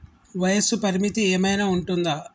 వయస్సు పరిమితి ఏమైనా ఉంటుందా?